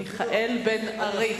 מיכאל בן-ארי.